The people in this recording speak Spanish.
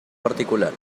particular